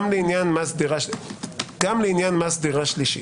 גם לעניין מס דירה שלישית,